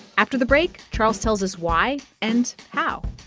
after the break, charles tells us why and how